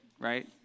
right